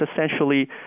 essentially